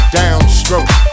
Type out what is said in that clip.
downstroke